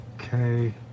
Okay